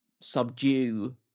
subdue